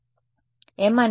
విద్యార్థి సార్